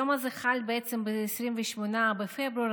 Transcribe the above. היום הזה חל בעצם ב-28 בפברואר,